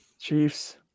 Chiefs